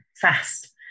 fast